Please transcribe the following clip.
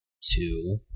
two